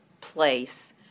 place